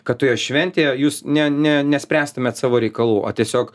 kad toje šventėje jūs ne ne nespręstumėt savo reikalų o tiesiog